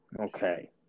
Okay